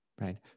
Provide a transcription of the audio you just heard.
right